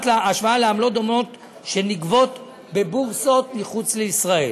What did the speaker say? לעמלות דומות שנגבות בבורסות מחוץ לישראל,